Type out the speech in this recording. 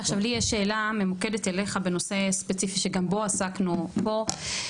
עכשיו לי יש שאלה ממוקדת אליך בנושא ספציפי שגם בו עסקנו פה,